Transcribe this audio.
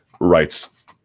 rights